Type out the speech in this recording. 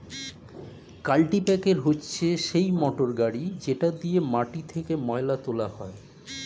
কাল্টিপ্যাকের হচ্ছে সেই মোটর গাড়ি যেটা দিয়ে মাটি থেকে ময়লা তোলা হয়